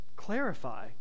Clarify